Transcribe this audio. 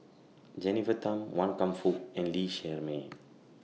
Jennifer Tham Wan Kam Fook and Lee Shermay